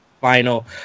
final